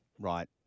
right